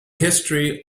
history